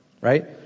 Right